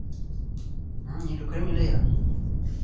ᱦᱸ ᱤᱧ ᱞᱚᱠᱽᱠᱷᱤ ᱨᱟᱢ ᱤᱧ ᱞᱟᱹᱭ ᱮᱫᱼᱟ